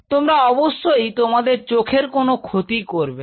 তোমরা অবশ্যই তোমাদের চোখের কোন ক্ষতি করবে না